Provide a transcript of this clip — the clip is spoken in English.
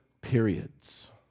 periods